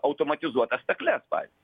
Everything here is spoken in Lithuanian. automatizuotas stakles pavyzdžiui